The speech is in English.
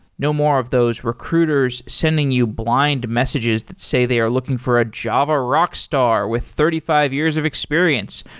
no more of those recruiters sending you blind messages that say they are looking for a java rockstar with thirty five years of experience,